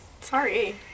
sorry